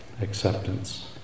acceptance